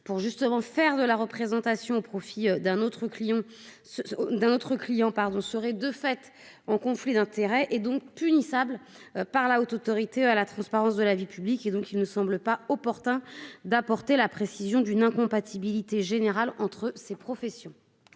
pour justement faire de la représentation au profit d'un autre client ce d'un autre client pardon serait de fait en conflit d'intérêt et donc punissable par la Haute autorité la la. Transparence de la vie publique et donc, il ne semble pas opportun d'apporter la précision d'une incompatibilité général entre ces professions.